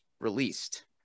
released